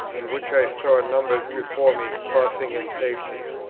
and which i saw numbers before me crossing in safety,